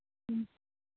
ம்